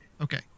okay